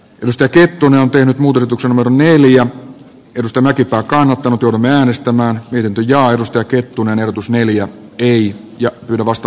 risto kettunen on tehnyt muutetutuksen modon neljä yritystä mäkipää kannattanut uronen äänestämään viilenty jo arvostaa kettunen erotus neljä li j kylä vasta